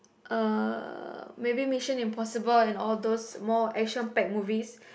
uh maybe Mission-Impossible and all those more action packed movies